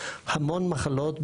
המון מחלות.